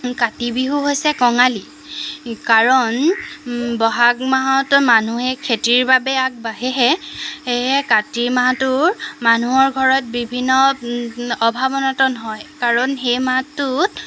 কাতি বিহু হৈছে কঙালী কাৰণ বহাগ মাহত মানুহে খেতিৰ বাবে আগবাঢ়েহে সেয়েহে কাতি মাহটোৰ মানুহৰ ঘৰত বিভিন্ন অভাৱ অনাতন হয় কাৰণ সেই মাহটোত